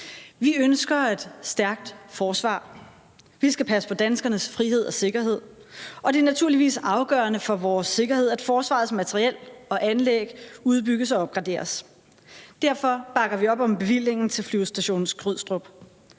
Vi ønsker et stærkt forsvar. Vi skal passe på danskernes frihed og sikkerhed, og det er naturligvis afgørende for vores sikkerhed, at forsvarets materiel og anlæg udbygges og opgraderes. Derfor bakker vi op om bevillingen til Flyvestation Skrydstrup.